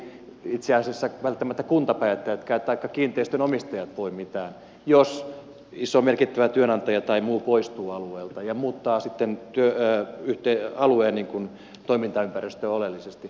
sillehän eivät itse asiassa välttämättä kuntapäättäjätkään taikka kiinteistönomistajat voi mitään jos iso merkittävä työnantaja tai muu poistuu alueelta ja muuttaa sitten alueen toimintaympäristöä oleellisesti